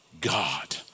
God